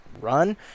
run